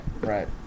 right